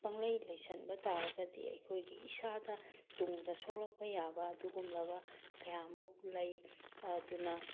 ꯄꯪꯂꯩ ꯂꯩꯁꯤꯟꯕ ꯇꯥꯔꯒꯗꯤ ꯑꯩꯈꯣꯏꯒꯤ ꯏꯁꯥꯗ ꯇꯨꯡꯗ ꯁꯣꯛꯂꯛꯄ ꯌꯥꯕ ꯑꯗꯨꯒꯨꯝꯂꯕ ꯀꯌꯥꯃꯨꯛ ꯂꯩ ꯑꯗꯨꯅ